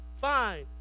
Fine